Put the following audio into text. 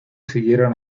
siguieron